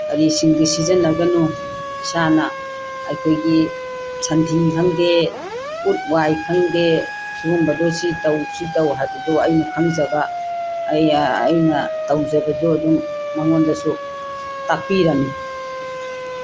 ꯀꯔꯤꯁꯤꯡꯗꯤ ꯁꯤꯖꯤꯟꯅꯒꯅꯨ ꯏꯁꯥꯅ ꯑꯩꯈꯣꯏꯒꯤ ꯁꯟꯊꯤꯅꯤ ꯈꯪꯗꯦ ꯎꯠ ꯋꯥꯏ ꯈꯪꯗꯦ ꯁꯤꯒꯨꯝꯕꯗꯨ ꯁꯤ ꯇꯧ ꯁꯤ ꯇꯧ ꯍꯥꯏꯕꯗꯨ ꯑꯩꯅ ꯈꯪꯖꯕ ꯑꯩ ꯑꯩꯅ ꯇꯧꯖꯕꯗꯨ ꯑꯗꯨꯝ ꯃꯉꯣꯟꯗꯁꯨ ꯇꯥꯛꯄꯤꯔꯝꯃꯤ